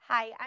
Hi